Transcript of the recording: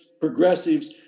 progressives